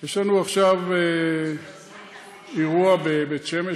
יש לנו עכשיו אירוע בבית-שמש,